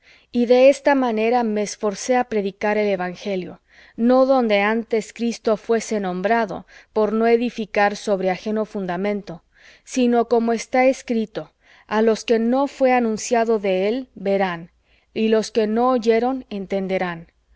y de esta manera me esforcé á predicar el evangelio no donde cristo fuese nombrado por no edificar sobre ajeno fundamento sino como está escrito a los que no fué anunciado de él verán y los que no oyeron entenderán